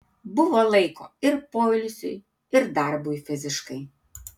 buvo laiko ir poilsiui ir darbui fiziškai